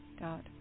dot